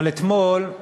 אבל אתמול,